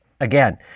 Again